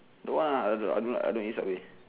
don't want lah I don't I don't like I don't eat Subway